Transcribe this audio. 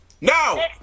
Now